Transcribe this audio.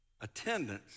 attendance